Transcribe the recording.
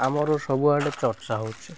ଆମର ସବୁଆଡ଼େ ଚର୍ଚ୍ଚା ହେଉଛି